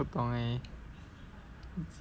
不懂啊